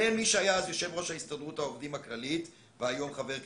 בין מי שהיה אז יושב-ראש הסתדרות העובדים הכללית והיום חבר כנסת,